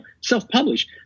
self-publish